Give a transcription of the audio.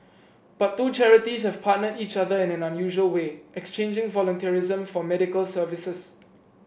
but two charities have partnered each other in an unusual way exchanging volunteerism for medical services